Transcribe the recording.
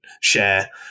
share